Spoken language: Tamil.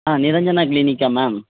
நிரஞ்சனா கிளீனிக்கா மேம்